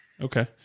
okay